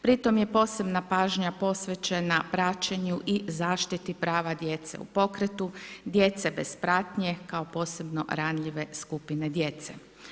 Pri tom je posebna pažanja posvećena praćenju i zaštiti prava djece u pokretu, djece bez pratnje, kao posebno ranjive skupine djece.